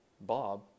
Bob